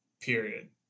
Period